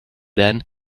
then